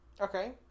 okay